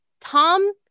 Tom